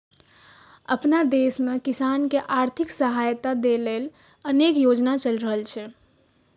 अपना देश मे किसान कें आर्थिक सहायता दै लेल अनेक योजना चलि रहल छै